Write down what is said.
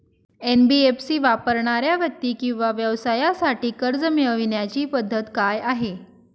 NBFC वापरणाऱ्या व्यक्ती किंवा व्यवसायांसाठी कर्ज मिळविण्याची पद्धत काय आहे?